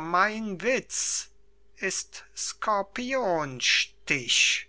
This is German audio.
mein witz ist skorpionstich